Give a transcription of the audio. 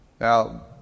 Now